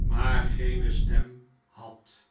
maar geene stem had